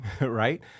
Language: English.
right